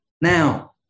Now